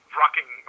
rocking